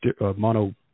mono